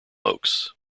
oaks